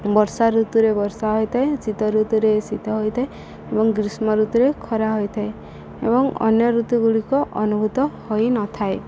ବର୍ଷା ଋତୁରେ ବର୍ଷା ହୋଇଥାଏ ଶୀତ ଋତୁରେ ଶୀତ ହୋଇଥାଏ ଏବଂ ଗ୍ରୀଷ୍ମ ଋତୁରେ ଖରା ହୋଇଥାଏ ଏବଂ ଅନ୍ୟ ଋତୁଗୁଡ଼ିକ ଅନୁଭୂତ ହୋଇନଥାଏ